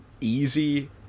easy